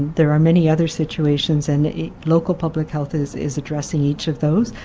there are many other situations and local public health is is addressing each of those.